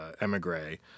emigre